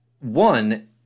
one